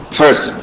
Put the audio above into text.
first